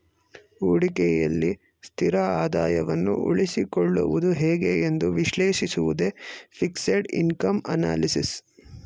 ಹೂಡಿಕೆಯಲ್ಲಿ ಸ್ಥಿರ ಆದಾಯವನ್ನು ಉಳಿಸಿಕೊಳ್ಳುವುದು ಹೇಗೆ ಎಂದು ವಿಶ್ಲೇಷಿಸುವುದೇ ಫಿಕ್ಸೆಡ್ ಇನ್ಕಮ್ ಅನಲಿಸಿಸ್